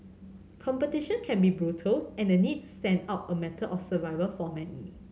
competition can be brutal and the need stand out a matter of survival for many